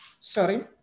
sorry